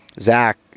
Zach